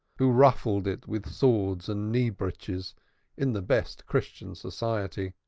who ruffled it with swords and knee-breeches in the best christian society.